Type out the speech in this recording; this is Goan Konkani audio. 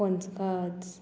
पंचखाद्य